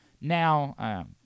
Now